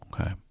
okay